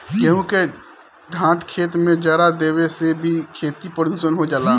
गेंहू के डाँठ खेत में जरा देवे से भी खेती प्रदूषित हो जाला